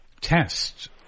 test